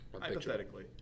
Hypothetically